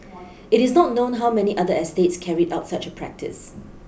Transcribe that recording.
it is not known how many other estates carried out such a practice